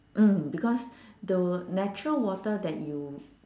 mm because the natural water that you